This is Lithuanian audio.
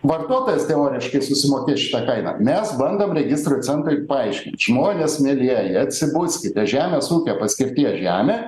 vartotojas teoriškai susimokės šitą kainą mes bandėm registrų centrui paaiškint žmonės mielieji atsibuskite žemės ūkio paskirties žemė